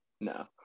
No